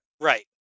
Right